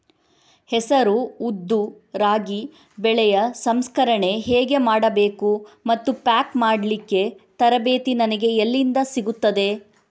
ಹೆಸರು, ಉದ್ದು, ರಾಗಿ ಬೆಳೆಯ ಸಂಸ್ಕರಣೆ ಹೇಗೆ ಮಾಡಬೇಕು ಮತ್ತು ಪ್ಯಾಕ್ ಮಾಡಲಿಕ್ಕೆ ತರಬೇತಿ ನನಗೆ ಎಲ್ಲಿಂದ ಸಿಗುತ್ತದೆ?